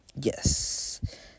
Yes